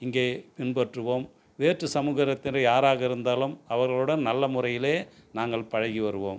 இங்கே பின்பற்றுவோம் வேற்று சமூகத்தினர் யாராக இருந்தாலும் அவர்களுடன் நல்ல முறையில் நாங்கள் பழகி வருவோம்